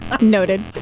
Noted